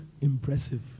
impressive